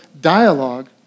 dialogue